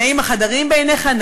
הנאים החדרים בעיניך?